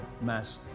mass